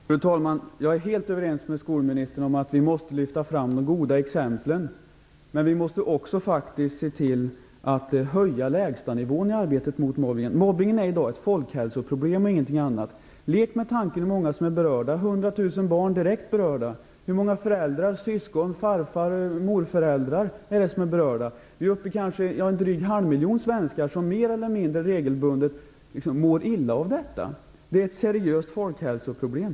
Fru talman! Jag är helt överens med skolministern om att vi måste lyfta fram de goda exemplen. Men vi måste faktiskt också se till att höja lägsta nivån i arbetet mot mobbningen. Mobbningen är i dag ett folkhälsoproblem och ingenting annat. Lek med tanken hur många som är berörda! 100 000 barn är direkt berörda. Hur många föräldrar, syskon, far och morföräldrar är det som är berörda? Vi kanske är uppe i en dryg halvmiljon svenskar som mer eller mindre regelbundet mår illa av detta. Det är ett seriöst folkhälsoproblem.